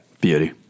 Beauty